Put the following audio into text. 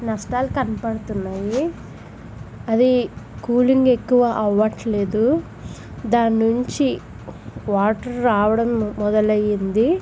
నష్టాలు కనపడుతున్నాయి అది కూలింగ్ ఎక్కువ అవ్వట్లేదు దాని నుంచి వాటర్ రావడం మొదలయింది